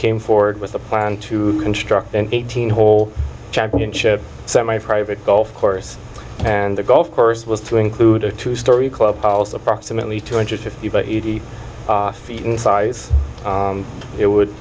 came forward with a plan to construct an eighteen hole championship semi private gulf and the golf course was to include a two storey clubhouse approximately two hundred fifty by eighty feet in size it would